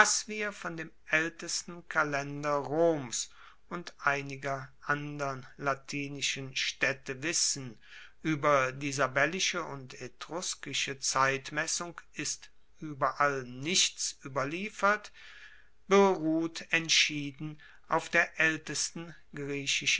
von dem aeltesten kalender roms und einiger andern latinischen staedte wissen ueber die sabellische und etruskische zeitmessung ist ueberall nichts ueberliefert beruht entschieden auf der aeltesten